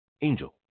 Angel